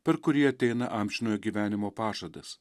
per kurį ateina amžinojo gyvenimo pažadas